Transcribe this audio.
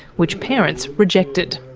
which parents rejected.